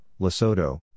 Lesotho